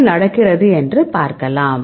என்ன நடக்கிறது என்று பார்க்கலாம்